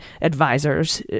advisors